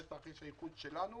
זה תרחיש הייחוס שלנו